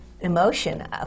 emotion